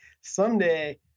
someday